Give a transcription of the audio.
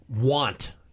want